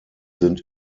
sind